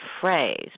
phrase